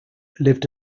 lived